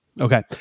Okay